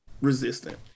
resistant